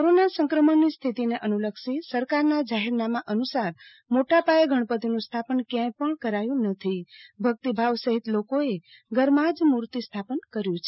corona સંક્રમણની સ્થિતિને અનુલક્ષી સરકારના જાહેરનામા અનુસાર મોટાપાયે ગણપતિનું સ્થાપન ક્યાંચ પણ કરાયુ નથી ભક્તિભાવ સહિત લોકોએ ઘરમાં જ મુર્તિ સ્થાપન કર્યુ છે